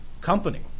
company